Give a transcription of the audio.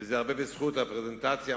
וזה הרבה בזכות הפרזנטציה,